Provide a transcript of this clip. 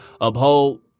uphold